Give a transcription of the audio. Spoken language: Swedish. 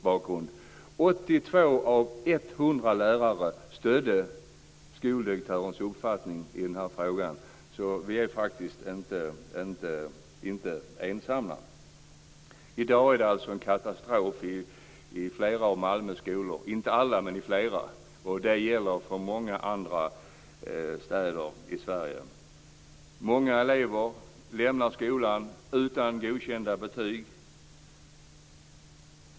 Jag kan nämna att 82 av 100 lärare där häromdagen stödde skoldirektörens uppfattning i den här frågan. Vi står alltså faktiskt inte ensamma. Det är i dag katastrof i flera av Malmös skolor, om också inte i alla. Detsamma gäller i många andra städer i Sverige. Många elever lämnar skolan utan godkända betyg.